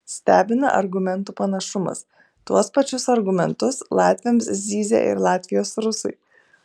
stebina argumentų panašumas tuos pačius argumentus latviams zyzia ir latvijos rusai